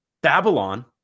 Babylon